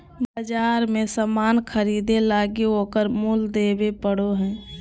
बाजार मे सामान ख़रीदे लगी ओकर मूल्य देबे पड़ो हय